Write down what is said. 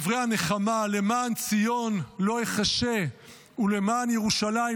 דברי הנחמה: "למען ציון לא אחשה ולמען ירושלם